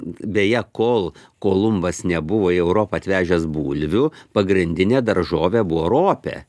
beje kol kolumbas nebuvo į europą atvežęs bulvių pagrindinė daržovė buvo ropė